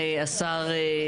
האישה.